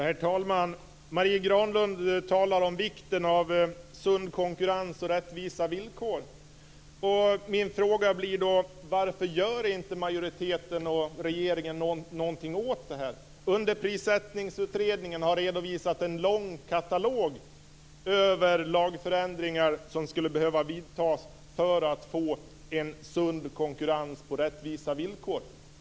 Herr talman! Marie Granlund talar om vikten av en sund konkurrens och rättvisa villkor. Varför gör då inte majoriteten och regeringen något åt den saken? Underprissättningsutredningen har redovisat en hel katalog över lagförändringar som skulle behöva vidtas för att vi skall få en sund konkurrens på rättvisa villkor.